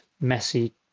messy